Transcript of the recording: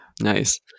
Nice